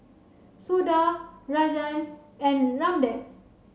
Suda Rajan and Ramdev